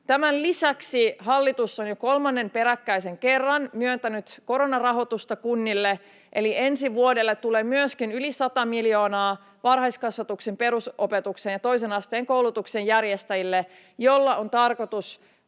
Tämän lisäksi hallitus on jo kolmannen peräkkäisen kerran myöntänyt koronarahoitusta kunnille, eli ensi vuodelle tulee myöskin yli sata miljoonaa varhaiskasvatuksen, perusopetuksen ja toisen asteen koulutuksen järjestäjille, jolla on tarkoitus